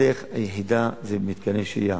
הדרך היחידה זה מתקני שהייה.